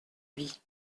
vie